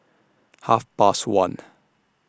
Half Past one